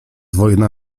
wojna